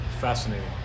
Fascinating